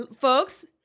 folks